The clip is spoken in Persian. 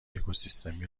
اکوسیستمی